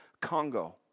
Congo